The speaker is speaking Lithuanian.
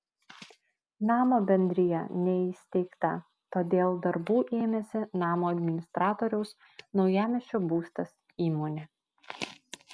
namo bendrija neįsteigta todėl darbų ėmėsi namo administratoriaus naujamiesčio būstas įmonė